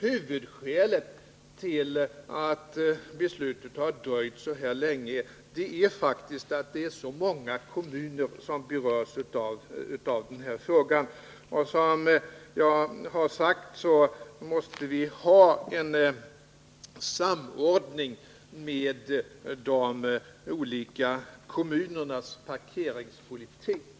Huvudskälet till att beslutet har dröjt så här länge är faktiskt det förhållandet att det är många kommuner som berörs av frågan. Som jag har sagt måste beslutet samordnas med de olika kommunernas parkeringspolitik.